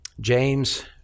James